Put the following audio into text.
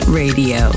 radio